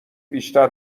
بیشتر